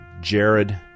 Jared